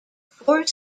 four